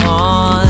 on